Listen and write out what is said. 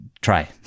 Try